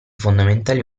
fondamentali